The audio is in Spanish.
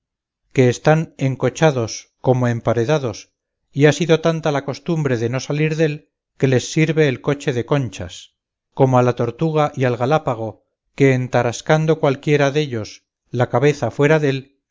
que están encochados como emparedados y ha sido tanta la costumbre de no salir dél que les sirve el coche de conchas como a la tortuga y al galápago que en tarascando cualquiera dellos la cabeza fuera dél